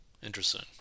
Interesting